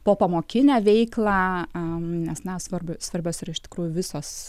popamokinę veiklą a nes na svarbu svarbios ir iš tikrųjų visos